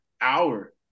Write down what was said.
hour